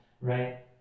right